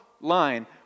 line